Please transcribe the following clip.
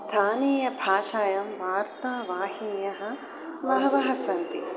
स्थानीयभाषायां वार्तावाहिन्यः बह्व्यः सन्ति